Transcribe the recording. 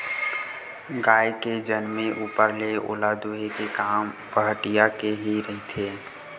गाय के जनमे ऊपर ले ओला दूहे के काम पहाटिया के ही रहिथे